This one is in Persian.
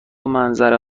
منظره